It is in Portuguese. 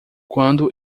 quando